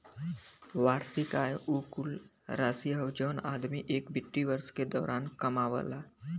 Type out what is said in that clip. वार्षिक आय उ कुल राशि हौ जौन आदमी एक वित्तीय वर्ष के दौरान कमावला